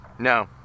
no